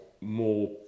more